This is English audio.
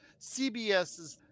CBSs